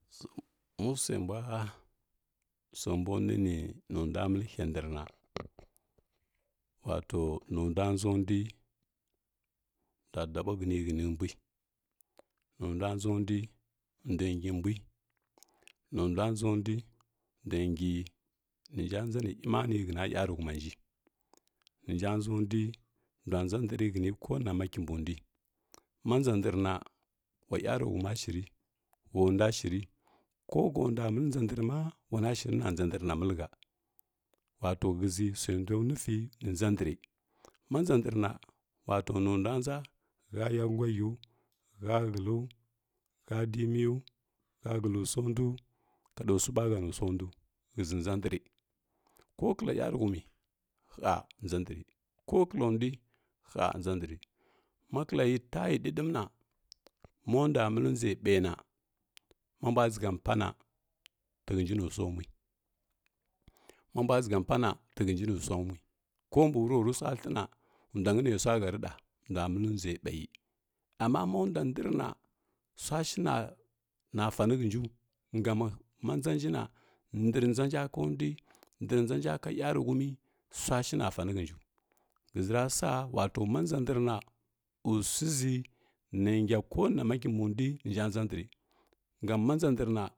masua mbua ha suabanuni nundua məlhandrna mato nundua nʒa ndui ndua dabihəni hənimbui nundua nʒə ngi ninja nʒa ni emani həna yaruhumanji ninja nʒa ndui ndua nʒa ndri həna konama kimbundui, ma nʒa ndrna ula yarihuma shiri mandwa shiri kohə ndua məlnʒa ndr ma luana shirina nʒa ndr na məlhə wato shəʒi sui nduanuginə nʒa ndri ma nʒa ndr na ulato nundua nʒa shə ya gurghəu, ghə həlu, shə dimiu, ghə hələsudu kadosuɓahənusundu shəʒi nʒa ndri, ko kla yər yərohumi hə nʒə ndr ko kundui hə nʒa ndri makla yi tayi ɗi ɗəmna mondu məti nʒa ɓəi na malnbua dsage mpana ti hənjə nusua mui, mambua dsəga mpana t hənja nusua mui, ko mbi wurro tosua ləi na nduanə nə sua həri ɗa ndua məli nʒa ɓayi amma mandua ndrna suashina na fani ɓhənjiu gami manʒa nji na ndrnanja kandui ndrnʒnja ka yəaruhumi suashina sani hənju ghəʒi rasa wato ma nʒa ndr na suiʒə nesə konama kimbundui ninja nsa ndri gam ma nʒa ndr na.